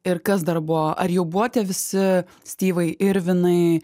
ir kas dar buvo ar jau buvo tie visi stevai irvinai